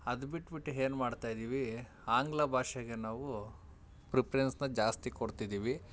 ಅದ್ಬಿಟ್ಬಿಟ್ಟು ಏನು ಮಾಡ್ತಾಯಿದ್ದೀವಿ ಆಂಗ್ಲ ಭಾಷೆಗೆ ನಾವು ಪ್ರಿಪ್ರೆನ್ಸ್ನ ಜಾಸ್ತಿ ಕೊಡ್ತಿದ್ದೀವಿ